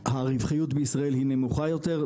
הרווחיות בישראל היא נמוכה יותר.